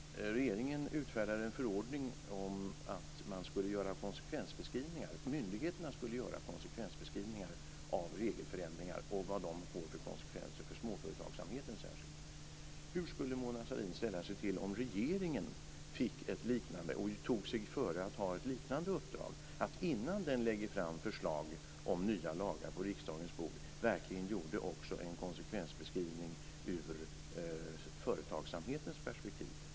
Regeringen utfärdade en förordning om att myndigheterna skulle göra konsekvensbeskrivningar av regelförändringar, och då särskilt vilka konsekvenser de får för småföretagsamheten. Hur skulle Mona Sahlin ställa sig till om regeringen tog sig före att ha ett liknande uppdrag att innan den lägger fram förslag om nya lagar på riksdagens bord den verkligen gjorde en konsekvensbeskrivning ur småföretagsamhetens perspektiv?